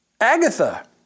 Agatha